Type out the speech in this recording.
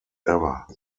ever